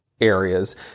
areas